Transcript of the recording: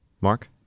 Mark